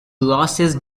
losses